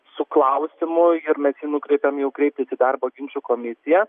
su klausimu ir mes jį nukreipėm jau kreiptis į darbo ginčų komisiją